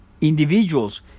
individuals